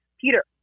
Peter